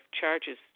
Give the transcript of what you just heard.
charges